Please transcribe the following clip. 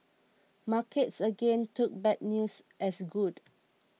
markets again took bad news as good